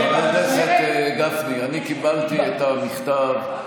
חבר הכנסת גפני, אני קיבלתי את המכתבים,